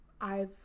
I've-